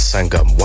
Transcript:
Sangam